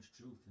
truth